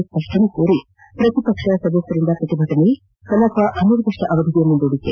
ನ ಸ್ಪಷ್ಟನೆ ಕೋರಿ ಪ್ರತಿಪಕ್ಷ ಸದಸ್ಯರ ಪ್ರತಿಭಟನೆ ಕಲಾಪ ಅನಿರ್ದಿಷ್ವಾವಧಿಗೆ ಮುಂದೂಡಿಕೆ